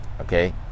okay